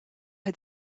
had